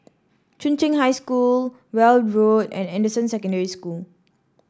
Chung Cheng High School Weld Road and Anderson Secondary School